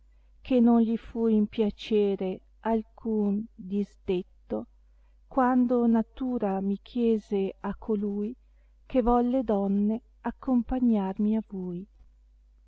che non gli fu in piacere alcun disdetto quando natura mi chiese a colui che volle donne accompagnarmi a vul